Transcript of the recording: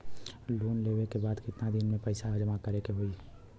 Loan लेले के बाद कितना दिन में पैसा जमा करे के होई?